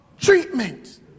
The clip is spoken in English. treatment